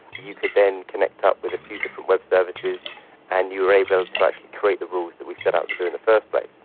you could then connect up with a few different web services and you were able to actually create the rules that we set out to do in the first but